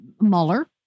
Mueller